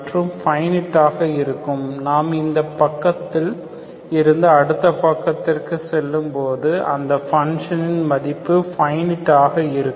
மற்றும் பைனிட்ஆக இருக்கும் நாம் இந்த பக்கத்தில் இருந்து அடுத்த பக்கத்திற்கு செல்லும் போது அந்த ஃபங்ஷன் இன் மதிப்பு பைனிட்ஆக இருக்கும்